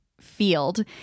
field